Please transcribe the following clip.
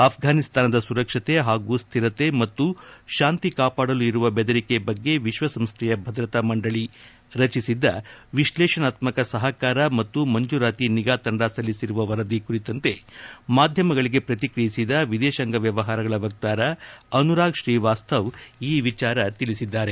ಅಫ್ರಾನಿಸ್ತಾನದ ಸುರಕ್ಷತೆ ಹಾಗೂ ಸ್ಥಿರಕೆ ಮತ್ತು ಶಾಂತಿ ಕಾವಾಡಲು ಇರುವ ಬೆದರಿಕೆ ಬಗ್ಗೆ ವಿಶ್ವಸಂಸ್ಥೆಯ ಭದ್ರತಾ ಮಂಡಳಿ ರಚಿಸಿದ್ದ ವಿಶ್ಲೇಷಣಾತ್ಮಕ ಸಪಕಾರ ಮತ್ತು ಮಂಜೂರಾತಿ ನಿಗಾ ತಂಡ ಸಲ್ಲಿಸಿರುವ ವರದಿ ಕುರಿತಂತೆ ಮಾಧ್ಯಮಗಳಿಗೆ ಪ್ರಕ್ರಿಯಿಸಿದ ಎದೇಶಾಂಗ ವ್ವವಹಾರಗಳ ವಕ್ತಾರ ಅನುರಾಗ್ ಶ್ರೀವಾಸ್ತಾವ್ ಈ ವಿಚಾರ ತಿಳಿಸಿದ್ದಾರೆ